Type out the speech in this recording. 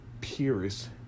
purest